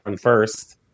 first